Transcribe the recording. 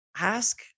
ask